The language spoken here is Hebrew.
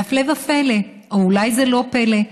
והפלא ופלא, או אולי זה לא פלא,